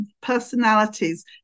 personalities